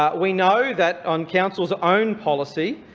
ah we know that, on council's own policy,